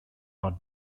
are